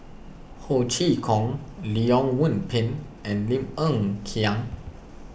Ho Chee Kong Leong Yoon Pin and Lim Hng Kiang